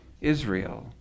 Israel